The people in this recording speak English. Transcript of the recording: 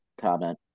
comment